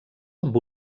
amb